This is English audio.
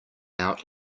out